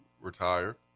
retire